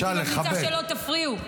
הייתי ממליצה שלא תפריעו.